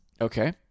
Okay